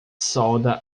solda